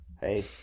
hey